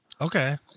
Okay